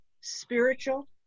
spiritual